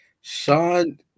Sean